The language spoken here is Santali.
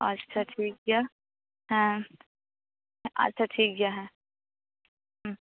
ᱟᱪᱷᱟ ᱴᱷᱤᱠ ᱜᱮᱭᱟ ᱦᱮᱸ ᱟᱪᱷᱟ ᱴᱷᱤᱠ ᱜᱮᱭᱟ ᱦᱮᱸ ᱦᱩᱸ